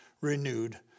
renewed